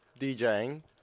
DJing